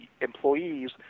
employees